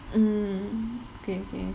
mm okay okay